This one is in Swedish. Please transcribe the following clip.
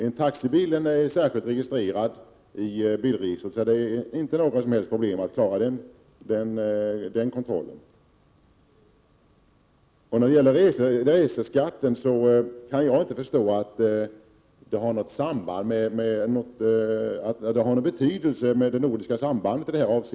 En taxibil är särskilt registrerad i bilregistret, så det skulle inte medföra några problem att klara den kontrollen. När det gäller reseskatten kan jag inte förstå att det nordiska sambandet skulle ha någon betydelse i detta sammanhang.